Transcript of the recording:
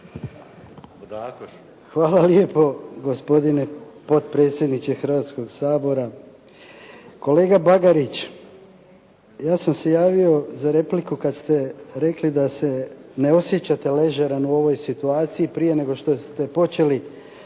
Hvala lijepo gospodine potpredsjedniče Hrvatskog sabora. Kolega Bagarić, ja sam se javio za repliku kad ste rekli da se ne osjećate ležeran u ovoj situaciji prije nego što ste počeli